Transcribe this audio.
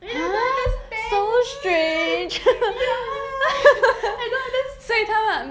ya I don't understand ya I don't understand